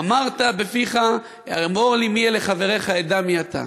אמרת בפיך: אמור לי מי חבריך, אדע מי אתה.